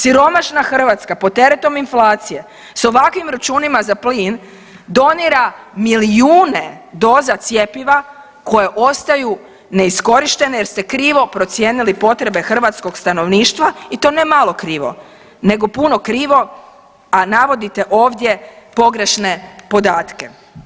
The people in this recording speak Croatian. Siromašna Hrvatska pod teretom inflacije s ovakvim računima za plin donira milijune doza cjepiva koje ostaju neiskorištene jer ste krivo procijenili potrebe hrvatskog stanovništva i to ne malo krivo, nego puno krivo, a navodite ovdje pogrešne podatke.